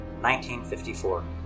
1954